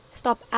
stop